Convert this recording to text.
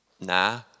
nah